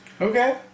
Okay